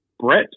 brett